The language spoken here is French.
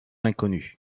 inconnue